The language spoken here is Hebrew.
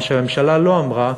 מה שהממשלה לא אמרה,